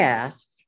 asked